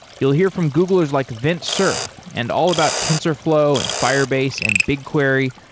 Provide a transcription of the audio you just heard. you'll hear from googlers like vint cerf and all about tensorflow and firebase and bigquery,